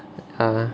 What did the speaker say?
(uh huh)